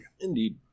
Indeed